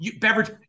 beverage